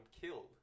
killed